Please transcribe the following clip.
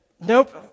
Nope